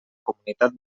comunitat